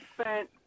spent